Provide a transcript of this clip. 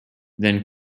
then